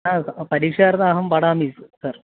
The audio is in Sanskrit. हा परिक्षार्थम् अहं पठामि सर्